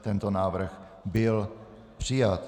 Tento návrh byl přijat.